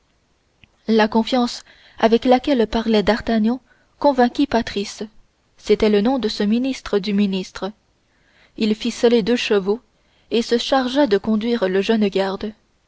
la confiance avec laquelle parlait d'artagnan convainquit patrice c'était le nom de ce ministre du ministre il fit seller deux chevaux et se chargea de conduire le jeune garde